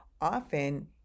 often